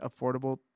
affordable